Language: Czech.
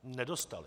Nedostaly.